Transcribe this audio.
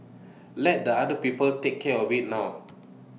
let the other people take care of IT now